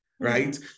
right